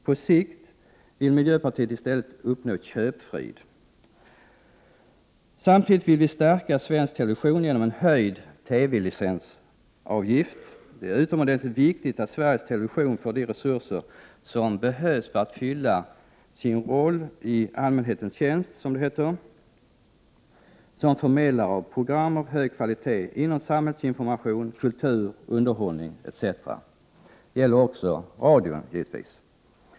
På sikt vill miljöpartiet i stället uppnå köpfrid. Samtidigt vill vi stärka svensk television genom en höjd TV-licensavgift. Det är utomordentligt viktigt att Sveriges television får de resurser som behövs för att fylla sin roll i allmänhetens tjänst, som det heter, som förmedlare av program av hög kvalitet inom samhällsinformation, kultur, underhållning etc. Detta gäller givetvis också radion.